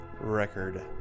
record